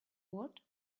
what